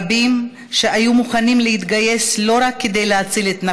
רבים שהיו מוכנים להתגייס לא רק כדי להציל את נפשם,